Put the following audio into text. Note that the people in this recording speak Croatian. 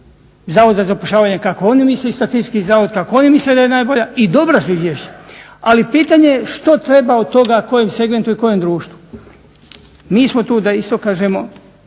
Zavoda za zapošljavanje kako oni misle i Statistički zavod kako oni misle da je najbolje i dobra su izvješća. Ali pitanje je što treba od toga kojem segmentu i kojem društvo. Mi smo tu da isto kažemo